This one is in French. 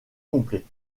complet